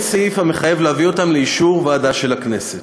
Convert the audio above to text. סעיף המחייב להביאן לאישור ועדה של הכנסת.